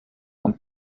und